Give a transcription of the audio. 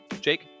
Jake